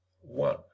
One